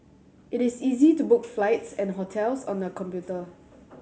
it is easy to book flights and hotels on the computer